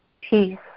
peace